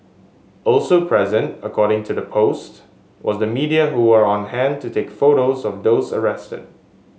also present according to the post was the media who are on hand to take photos of those arrested